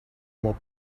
mob